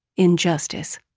injustice